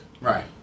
Right